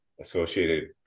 associated